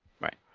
Right